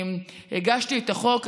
הגשתי את החוק,